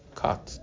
cut